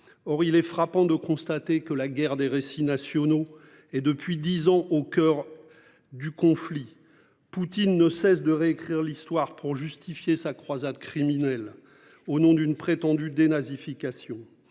Or il est frappant de constater que la guerre des récits nationaux et depuis 10 ans au coeur. Du conflit. Poutine ne cesse de réécrire l'histoire pour justifier sa croisade criminelle au nom d'une prétendue dénazification